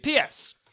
PS